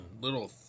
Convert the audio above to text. little